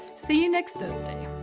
see you next thursday.